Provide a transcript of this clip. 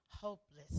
Hopeless